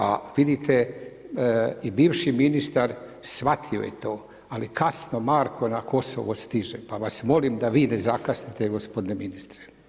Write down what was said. A otprilike, bivši ministar, shvatio je to, ali kasno Marko na Kosovo stiže, pa vas molim da vi ne zakasnite gospodine ministre.